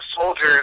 soldiers